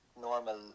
normal